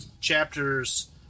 chapters